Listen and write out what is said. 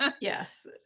Yes